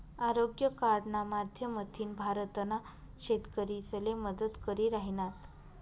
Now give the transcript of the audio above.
आरोग्य कार्डना माध्यमथीन भारतना शेतकरीसले मदत करी राहिनात